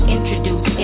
Introduce